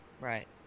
Right